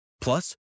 Plus